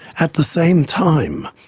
at the same time,